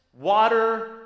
water